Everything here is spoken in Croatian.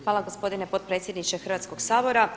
Hvala gospodine potpredsjedniče Hrvatskog sabora.